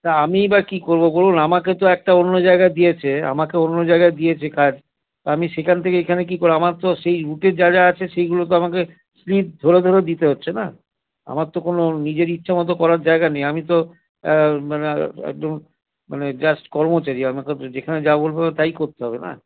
না আমিই বা কি করব বলুন আমাকে তো একটা অন্য জায়গায় দিয়েছে আমাকে অন্য জায়গায় দিয়েছে কাজ আমি সেখান থেকে এখানে কী করে আমার তো সেই রুটের যা যা আছে সেইগুলো তো আমাকে স্লিপ ধরে ধরে দিতে হচ্ছে না আমার তো কোনও নিজের ইচ্ছে মতো করার জায়গা নেই আমি তো মানে একদম মানে জাস্ট কর্মচারী আমাকে তো যেখানে যা বলবে তাই করতে হবে না